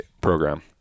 program